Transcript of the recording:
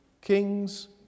kings